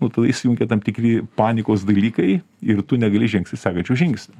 nu tada įsijungia tam tikri panikos dalykai ir tu negali žengti sekančio žingsnio